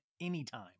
anytime